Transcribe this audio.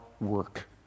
work